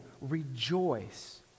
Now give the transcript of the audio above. Rejoice